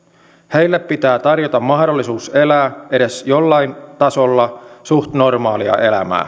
heille pitää tarjota mahdollisuus elää edes jollain tasolla suht normaalia